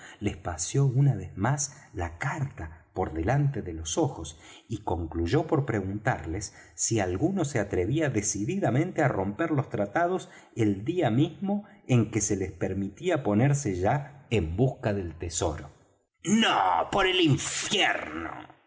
les paseó una vez más la carta por delante de los ojos y concluyó por preguntarles si alguno se atrevía decididamente á romper los tratados el día mismo en que se les permitía ponerse ya en busca del tesoro no por el infierno